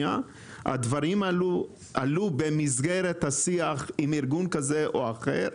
הדברים עלו במסגרת השיח עם ארגון כזה או אחר,